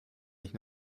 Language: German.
ich